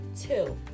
two